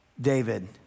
David